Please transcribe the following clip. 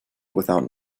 without